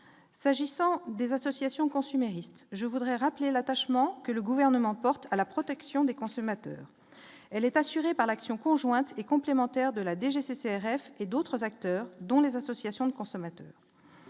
S'agissant des associations consuméristes, je voudrais rappeler l'attachement que le gouvernement porte à la protection des consommateurs, elle est assurée par l'action conjointe et complémentaire de la DGCCRF et d'autres acteurs, dont les associations de consommateurs.